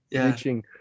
reaching